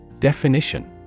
Definition